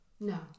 No